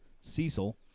Cecil